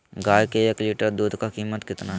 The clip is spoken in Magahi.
गाय के एक लीटर दूध का कीमत कितना है?